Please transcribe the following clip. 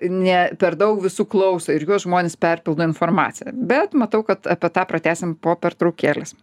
ne per daug visų klauso ir juos žmonės perpildo informacija bet matau kad apie tą pratęsim po pertraukėlės